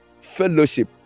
fellowship